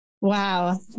Wow